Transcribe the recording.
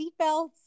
seatbelts